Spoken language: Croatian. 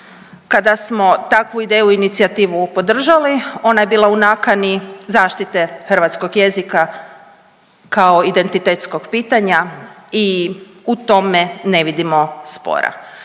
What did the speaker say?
kada smo takvu ideju i inicijativu podržali, ona je bila u nakani zaštite hrvatskog jezika kao identitetskog pitanja i u tome ne vidimo spora.